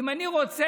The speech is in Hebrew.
אם אני רוצה,